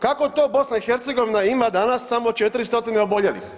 Kako to BiH ima danas samo 400 oboljelih?